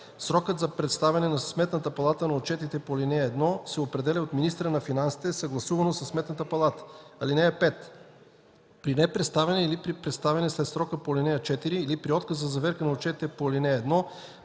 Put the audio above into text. Срокът за представяне в Сметната палата на отчетите по ал. 1 се определя от министъра на финансите съгласувано със Сметната палата. (5) При непредставяне или при представяне след срока по ал. 4 или при отказ за заверка на отчетите по ал. 1